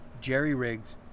jerry-rigged